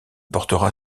portera